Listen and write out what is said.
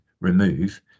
remove